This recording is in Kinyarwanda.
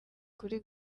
kuri